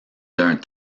d’un